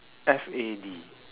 F A D